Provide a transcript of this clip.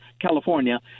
California